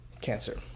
cancer